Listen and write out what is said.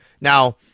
Now